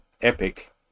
epic